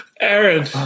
Aaron